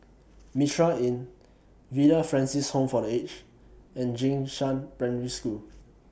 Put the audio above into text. Mitraa Inn Villa Francis Home For The Aged and Jing Shan Primary School